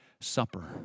Supper